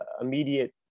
immediate